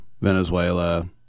Venezuela